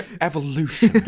Evolution